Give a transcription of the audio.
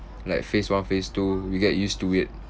like phase one phase two we get used to it